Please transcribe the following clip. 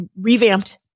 revamped